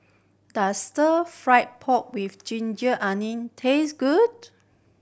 does Stir Fry pork with ginger onion taste good